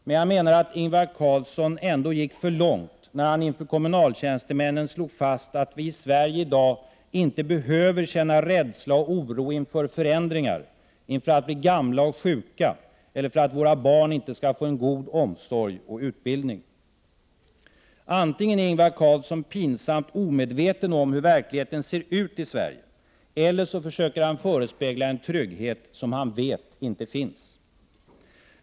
Men jag menar att Ingvar Carlsson ändå gick för långt när han inför kommunaltjänstemännen slog fast att vi i Sverige i dag inte ”behöver--- känna rädsla och oro inför förändringar, inför att bli gamla och sjuka eller för att våra barn inte skall få en god omsorg och utbildning”. Antingen är Ingvar Carlsson pinsamt omedveten om hur verkligheten ser ut i Sverige, eller så försöker han förespegla en trygghet som han vet inte finns.